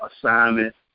assignment